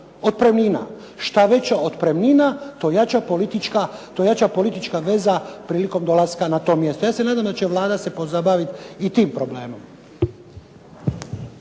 otpremnina. Šta veća otpremnina, to jača politička veza prilikom dolaska na to mjesto. Ja se nadam da će Vlada se pozabaviti i tim problemom.